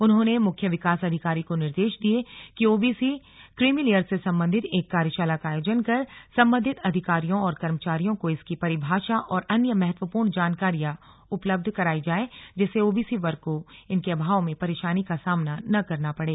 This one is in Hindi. उन्होंने मुख्य विकास अधिकारी को निर्देश दिये कि ओबीसी क्रीमीलेयर से संबंधित एक कार्यशाला का आयोजन कर संबंधित अधिकारियों और कर्मचारियों को इसकी परिभाषा और अन्य महत्वपूर्ण जानकारियां उपलब्ध करायी जाये जिससे ओबीसी वर्ग को इनके अभाव में परेशानी का सामना न करना पड़े